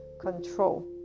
control